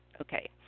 okay